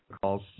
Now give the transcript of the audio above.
calls